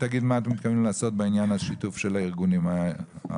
תגיד מה אתם מתכוונים לעשות בעניין שיתוף של הארגונים האזרחיים,